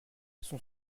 son